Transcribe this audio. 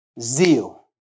Zeal